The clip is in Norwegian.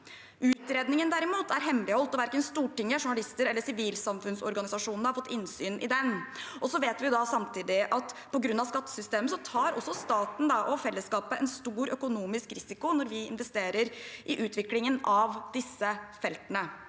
spørretime 2024 hemmeligholdt – verken Stortinget, journalister eller sivilsamfunnsorganisasjonene har fått innsyn i den. Så vet vi samtidig at på grunn av skattesystemet tar staten og fellesskapet en stor økonomisk risiko når man investerer i utviklingen av disse feltene.